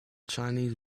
chinese